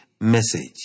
message